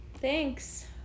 thanks